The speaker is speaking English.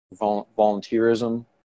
volunteerism